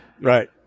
Right